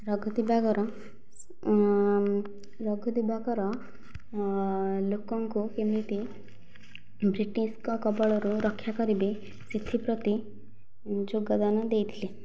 ରଘୁ ଦିବାକର ରଘୁ ଦିବାକର ଲୋକଙ୍କୁ କେମିତି ବ୍ରିଟିଶଙ୍କ କବଳରୁ ରକ୍ଷା କରିବେ ସେଥିପ୍ରତି ଯୋଗଦାନ ଦେଇଥିଲେ